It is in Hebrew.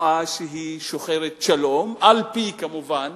כתנועה שוחרת שלום, כמובן